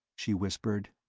she whispered.